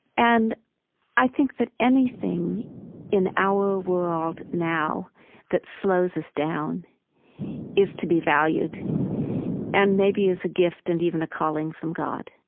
and i think that anything in our world now that slows us down is to be valued and maybe as a gift and even a calling from god